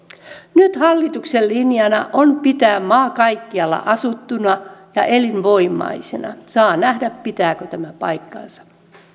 nyt hallituksen linjana on pitää maa kaikkialla asuttuna ja elinvoimaisena saa nähdä pitääkö tämä paikkansa